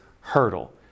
hurdle